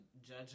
judge